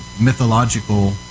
mythological